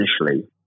initially